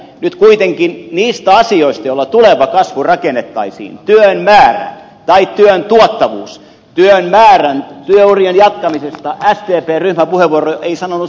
nyt kuitenkaan niistä asioista joilla tuleva kasvu rakennettaisiin työn määrästä tai työn tuottavuudesta työurien jatkamisesta sdpn ryhmäpuheenvuoro ei sanonut sanaakaan